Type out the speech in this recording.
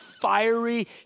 fiery